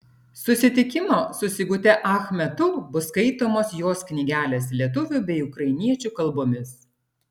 susitikimo su sigute ach metu bus skaitomos jos knygelės lietuvių bei ukrainiečių kalbomis